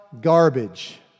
garbage